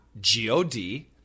G-O-D